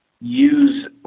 use